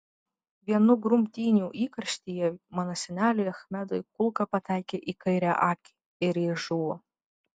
vienų grumtynių įkarštyje mano seneliui achmedui kulka pataikė į kairę akį ir jis žuvo